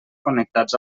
connectats